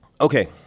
okay